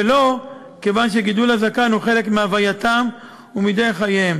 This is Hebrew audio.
ולא כיוון שגידול הזקן הוא חלק מהווייתם ומדרך חייהם.